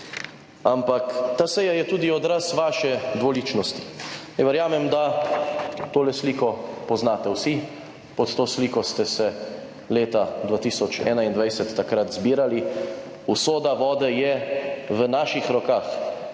Ampak ta seja je tudi odraz vaše dvoličnosti. Verjamem, da tole sliko poznate vsi. Pod to sliko ste se leta 2021 takrat zbirali. Usoda vode je v naših rokah.